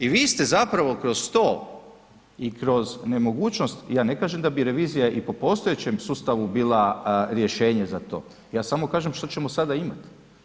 I vi ste zapravo kroz to i kroz nemogućnost, ja ne kažem da bi revizija i po postojećem sustavu bila rješenje za to, ja samo kažem što ćemo sada imati.